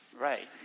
right